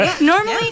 Normally